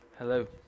Hello